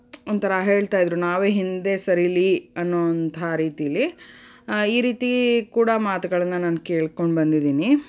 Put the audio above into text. ಒಂಥರ ಹೇಳ್ತಾ ಇದ್ದರು ನಾವೇ ಹಿಂದೆ ಸರೀಲಿ ಅನ್ನುವಂತಹ ರೀತೀಲಿ ಈ ರೀತಿ ಕೂಡ ಮಾತುಗಳನ್ನು ನಾನು ಕೇಳ್ಕೊಂಡು ಬಂದಿದ್ದೀನಿ